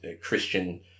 Christian